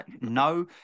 No